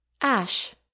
Ash